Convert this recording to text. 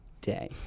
day